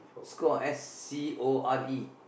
score S C O R E